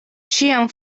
ĉiam